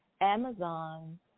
Amazon